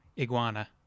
Iguana